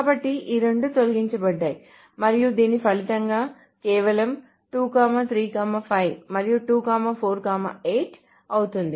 కాబట్టి ఈ రెండు తొలగించబడ్డాయి మరియు దీని ఫలితంగా కేవలం 2 3 5 మరియు 2 4 8 అవుతుంది